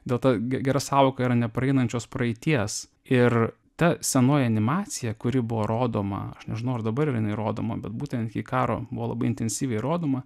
dėl to gera sąvoka yra nepraeinančios praeities ir ta senoji animacija kuri buvo rodoma aš nežinau ar dabar jinai rodoma bet būtent iki karo buvo labai intensyviai rodoma